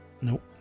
Nope